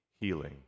healing